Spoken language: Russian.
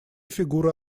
фигура